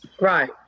Right